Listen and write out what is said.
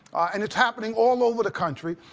and it's happening all over the country.